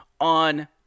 on